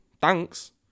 Thanks